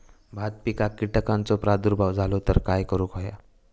भात पिकांक कीटकांचो प्रादुर्भाव झालो तर काय करूक होया?